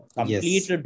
complete